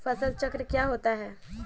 फसल चक्र क्या होता है?